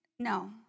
No